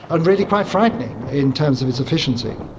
and really quite frightening in terms of its efficiency.